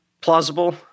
plausible